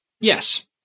Yes